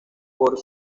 por